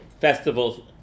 festivals